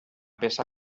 peça